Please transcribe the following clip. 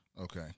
Okay